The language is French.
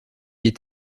est